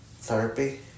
therapy